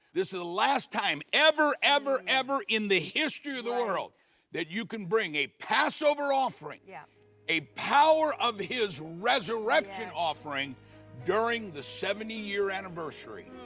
this is the last time ever, ever, ever in the history of the world that you can bring a passover offering yeah a power of his resurrection offering during the seventy year anniversary.